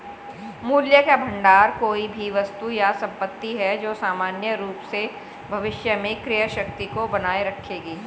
मूल्य का भंडार कोई भी वस्तु या संपत्ति है जो सामान्य रूप से भविष्य में क्रय शक्ति को बनाए रखेगी